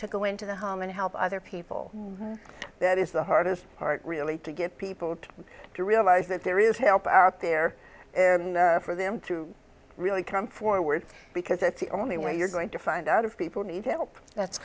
to go into the home and help other people and that is the hardest part really to get people to realize that there is help our there for them through really come forward because it's the only way you're going to find out of people need help that's